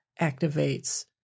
activates